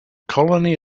colony